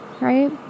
right